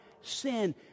sin